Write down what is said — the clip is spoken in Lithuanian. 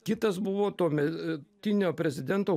kitas buvo tuometinio prezidento